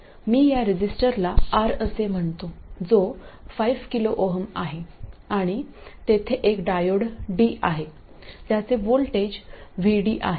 मी या रेझिस्टरला R असे म्हणतो जो 5 KΩ आहे आणि तेथे एक डायोड D आहे त्याचे वोल्टेज VD आहे